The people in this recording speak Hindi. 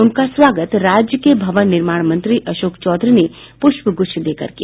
उनका स्वागत राज्य के भवन निर्माण मंत्री अशोक चौधरी ने पुष्प गुच्छ देकर किया